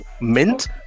mint